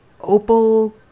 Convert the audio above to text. opal